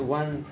one